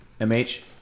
MH